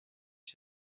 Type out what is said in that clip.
she